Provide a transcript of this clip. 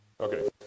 Okay